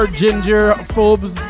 ginger-phobes